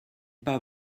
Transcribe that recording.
pas